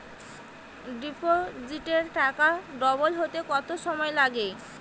ডিপোজিটে টাকা ডবল হতে কত সময় লাগে?